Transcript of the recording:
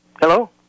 Hello